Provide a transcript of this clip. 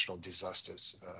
disasters